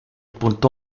punto